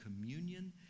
communion